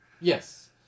yes